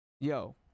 yo